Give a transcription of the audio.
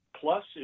plus